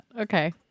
Okay